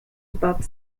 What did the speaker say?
above